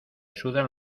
sudan